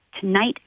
tonight